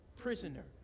Prisoner